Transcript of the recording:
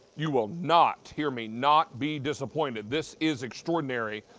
you will not, hear me, not be disappointed. this is extraordinary.